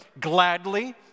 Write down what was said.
gladly